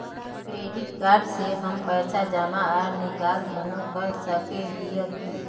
Credit card से हम पैसा जमा आर निकाल दोनों कर सके हिये की?